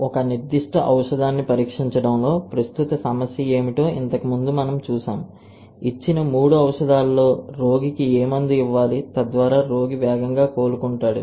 ఒక నిర్దిష్ట ఔషధాన్ని పరీక్షించడంలో ప్రస్తుత సమస్య ఏమిటో ఇంతకుముందు మనం చూశాము ఇచ్చిన 3 ఔషధాలలో రోగికి ఏ మందు ఇవ్వాలి తద్వారా రోగి వేగంగా కోలుకుంటాడు